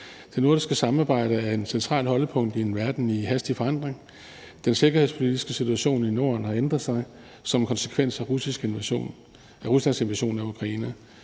Det nordiske samarbejde er et centralt holdepunkt i en verden i hastig forandring. Den sikkerhedspolitiske situation i Norden har ændret sig som en konsekvens af Ruslands invasion af Ukraine.